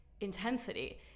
intensity